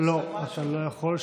לא, אתה לא יכול.